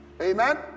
amen